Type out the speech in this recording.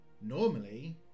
normally